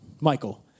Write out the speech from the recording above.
Michael